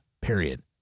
period